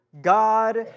God